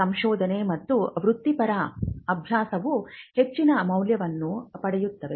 ಸಂಶೋಧನೆ ಮತ್ತು ವೃತ್ತಿಪರ ಅಭ್ಯಾಸವು ಹೆಚ್ಚಿನ ಮೌಲ್ಯವನ್ನು ಪಡೆಯುತ್ತವೆ